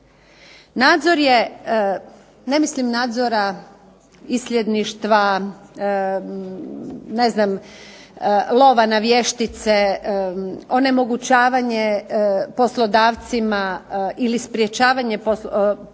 Nadzor je ne mislim nadzora isljedništva, ne znam lova na vještice, onemogućavanje poslodavcima ili sprečavanje pokušaj